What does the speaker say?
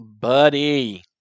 buddy